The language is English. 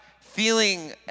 feeling